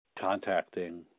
contacting